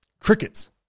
crickets